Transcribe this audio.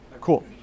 cool